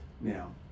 now